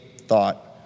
thought